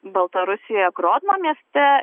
baltarusijoje grozno mieste